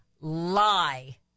lie